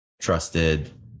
trusted